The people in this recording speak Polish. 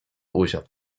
usiadł